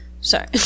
Sorry